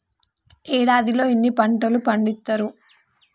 ఏడాదిలో ఎన్ని పంటలు పండిత్తరు?